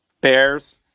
Bears